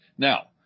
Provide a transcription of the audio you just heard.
Now